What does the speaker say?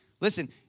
Listen